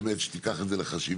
באמת שתיקח את זה לחשיבה,